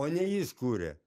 o ne jis kuria